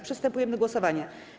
Przystępujemy do głosowania.